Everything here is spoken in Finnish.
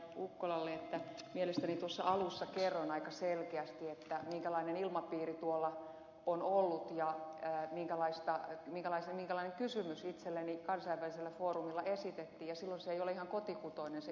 ukkolalle totean että mielestäni tuossa alussa kerroin aika selkeästi minkälainen ilmapiiri tuolla on ollut ja minkälainen kysymys itselleni kansainvälisellä foorumilla esitettiin ja silloin ei ole ihan kotikutoinen se ilmapiiri